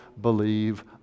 believe